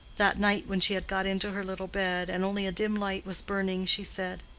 that night when she had got into her little bed, and only a dim light was burning, she said,